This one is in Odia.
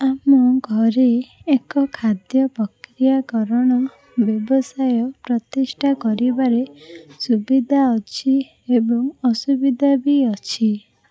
ଆମ ଘରେ ଏକ ଖାଦ୍ୟ ପ୍ରକ୍ରିୟାକରଣ ବ୍ୟବସାୟ ପ୍ରତିଷ୍ଠା କରିବାରେ ସୁବିଧା ଅଛି ଏବଂ ଅସୁବିଧା ବି ଅଛି